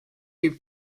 you